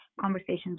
conversations